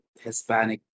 Hispanic